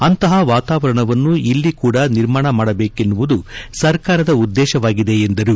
ಅಂತಹ ವಾತಾವರಣವನ್ನು ಇಲ್ಲಿ ಕೂಡ ನಿರ್ಮಾಣ ಮಾಡಬೇಕೆನ್ನುವುದು ಸರ್ಕಾರದ ಉದ್ದೇಶವಾಗಿದೆ ಎಂದರು